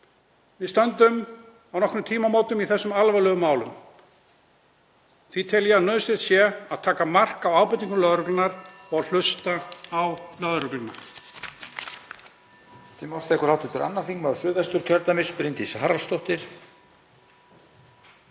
Við stöndum á nokkrum tímamótum í þessum alvarlegu málum. Því tel ég að nauðsynlegt sé að taka mark á ábendingum lögreglunnar og hlusta á lögregluna.